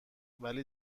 ولی